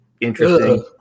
interesting